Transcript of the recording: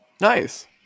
Nice